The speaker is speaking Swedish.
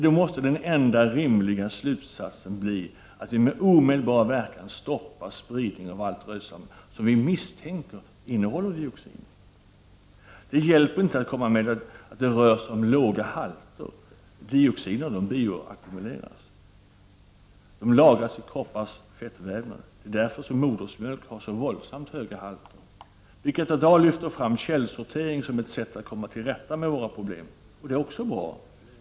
Då måste den enda rimliga slutsatsen bli att vi med omedelbar verkan stoppar spridning av allt rötslam som vi misstänker innehåller dioxin. Det hjälper inte att säga att det rör sig om låga halter. Dioxiner bioackumuleras. De lagras i kroppens fettvävnader. Det är därför som modersmjölk har så våldsamt höga halter. Birgitta Dahl lyfter fram källsortering som ett sätt att komma till rätta med våra problem. Det är bra.